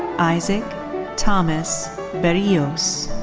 isaac thomas berrios.